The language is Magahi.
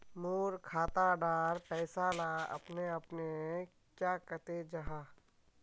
मोर खाता डार पैसा ला अपने अपने क्याँ कते जहा?